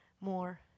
more